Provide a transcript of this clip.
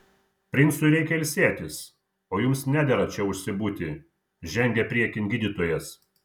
princui reikia ilsėtis o jums nedera čia užsibūti žengė priekin gydytojas